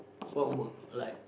what work like